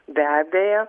be abejo